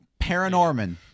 Paranorman